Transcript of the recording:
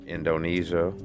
Indonesia